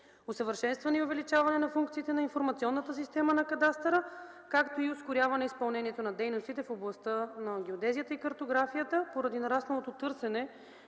усъвършенстване и увеличаване на функциите на информационната система на кадастъра, както и ускоряване изпълнението на дейностите в областта на геодезията и картографията поради нарасналото търсене